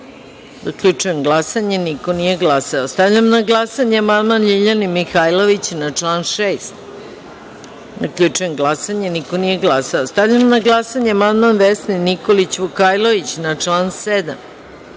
5.Zaključujem glasanje: niko nije glasao. Stavljam na glasanje amandman Ljiljane Mihajlović na član 6. Zaključujem glasanje: niko nije glasao. Stavljam na glasanje amandman Vesne Nikolić Vukajlović na član 7.